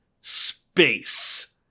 space